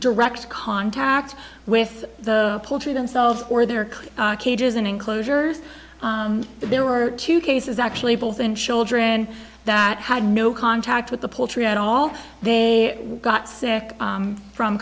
direct contact with the poultry themselves or their cages and enclosures there were two cases actually both in children that had no contact with the poultry at all they got sick from